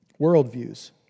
Worldviews